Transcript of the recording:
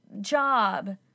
job